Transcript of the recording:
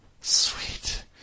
Sweet